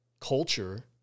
culture